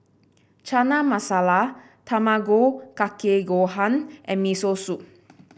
Chana Masala Tamago Kake Gohan and Miso Soup